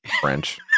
French